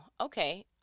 okay